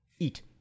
Eat